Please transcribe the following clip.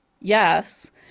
Yes